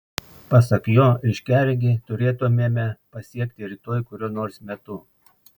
pasak jo aiškiaregį turėtumėme pasiekti rytoj kuriuo nors metu